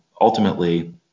Ultimately